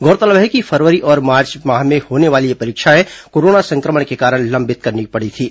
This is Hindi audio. गौरतलब है कि फरवरी और मार्च में होने वाली ये परीक्षाएं कोरोना सं क्र मण के कारण लंबित करनी पड़ी थीं